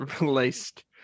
released